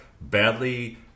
badly